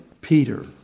Peter